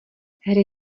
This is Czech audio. hry